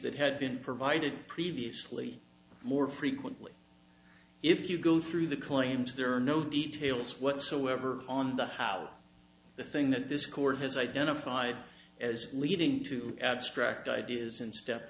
that had been provided previously more frequently if you go through the claims there are no details whatsoever on the how the thing that this court has identified as leading to abstract ideas in step